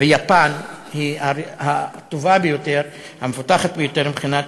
ויפן היא הטובה ביותר והמפותחת ביותר מבחינת